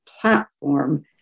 platform